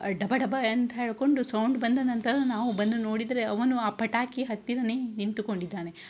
ಢಬ ಢಬ ಎಂದು ಹೇಳಿಕೊಂಡು ಸೌಂಡ್ ಬಂದ ನಂತರ ನಾವು ಬಂದು ನೋಡಿದರೆ ಅವನು ಆ ಪಟಾಕಿ ಹತ್ತಿರವೇ ನಿಂತುಕೊಂಡಿದ್ದಾನೆ